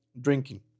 drinking